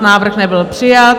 Návrh nebyl přijat.